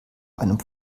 einem